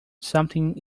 something